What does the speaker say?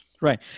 Right